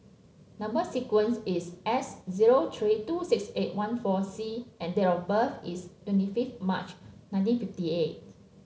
number sequence is S zero three two six eight one four C and date of birth is twenty fifth March nineteen fifty eight